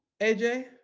AJ